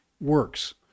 works